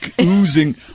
oozing